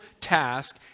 task